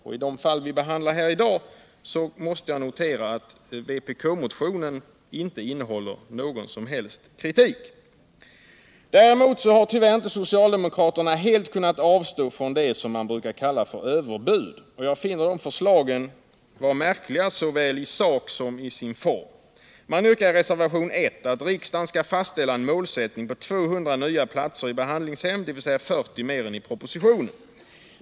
I fråga om det vi behandlar nu konstaterar jag att vpk-motionen inte innehåller någon som helst kritik. Däremot har tyvärr inte socialdemokraterna helt kunnat avstå från det som man brukar kalla för överbud, och jag finner deras förslag märkliga såväl i sak som i form. Socialdemokraterna yrkar i reservation 1 att riksdagen skall fastställa en målsättning på 200 nya platser i behandlingshem, dvs. 40 mer än i propositionen.